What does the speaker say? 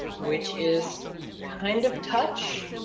which is kind of touch,